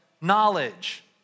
knowledge